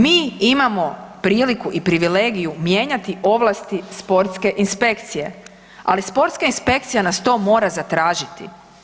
Mi imamo priliku i privilegiju mijenjati ovlasti sportske inspekcije, ali sportska inspekcija nas to mora zatražiti.